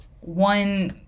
one